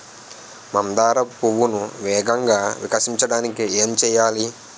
మందార పువ్వును వేగంగా వికసించడానికి ఏం చేయాలి?